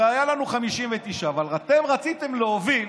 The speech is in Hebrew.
הרי היו לנו 59 אבל אתם רציתם להוביל,